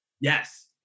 Yes